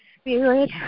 spirit